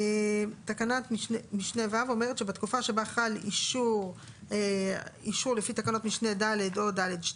תקנת משנה (ו) אומרת שבתקופה שבה חל אישור לפי תקנות (ד) או (ד2)